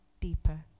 deeper